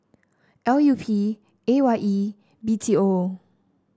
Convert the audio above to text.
L U P A Y E B T O